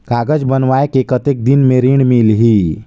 कागज बनवाय के कतेक दिन मे ऋण मिलही?